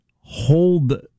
hold